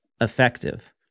effective